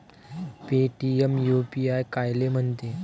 Paytm UPI कायले म्हनते?